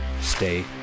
stay